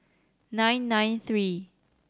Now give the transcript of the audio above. nine nine three